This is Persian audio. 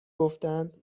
گفتند